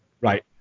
Right